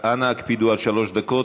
אנא הקפידו על שלוש דקות.